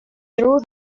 threw